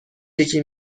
یکی